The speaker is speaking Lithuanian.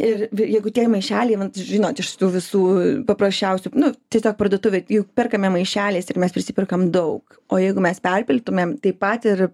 ir jeigu tie maišeliai vat žinot iš tų visų paprasčiausių nu tiesiog parduotuvėj juk perkame maišeliais ir mes prisiperkam daug o jeigu mes perpildytumėm taip pat ir